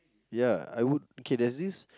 ya I would K there's this